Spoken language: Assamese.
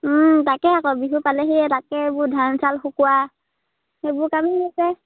তাকে আকৌ বিহু পালেহিয়ে তাকে এইবোৰ ধান চাউল শুকুৱা সেইবোৰ কামেই চলি আছে